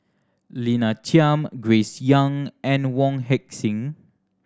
Lina Chiam Grace Young and Wong Heck Sing